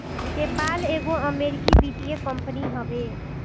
PayPal एगो अमरीकी वित्तीय कंपनी हवे